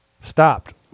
stopped